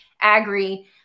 agri